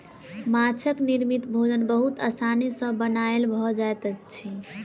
माँछक निर्मित भोजन बहुत आसानी सॅ बनायल भ जाइत अछि